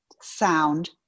sound